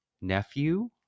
nephew